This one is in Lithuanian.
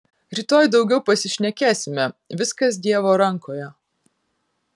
rytoj daugiau pasišnekėsime viskas dievo rankoje